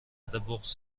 بغض